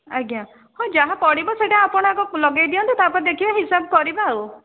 ଆଜ୍ଞା ହଁ ଯାହା ପଡ଼ିବ ସେଇଟା ଆପଣ ଆଗ ଲଗାଇ ଦିଅନ୍ତୁ ତା'ପରେ ଦେଖିବା ହିସାବ କରିବା ଆଉ